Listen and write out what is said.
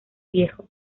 viejo